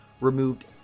removed